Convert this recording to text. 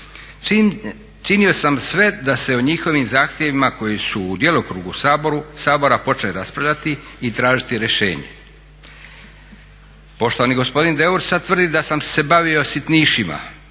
Činio sam sve da se o njihovim zahtjevima koji su u djelokrugu Sabora počne raspravljati i tražiti rješenje. Poštovani gospodin Deur sad tvrdi da sam se bavio sitnišima